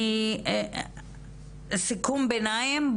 סיכום ביניים,